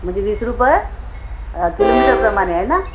म्हणजे वीस रुपये किलोमीटरप्रमाणे आहे ना